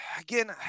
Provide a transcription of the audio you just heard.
Again